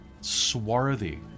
swarthy